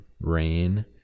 rain